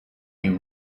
you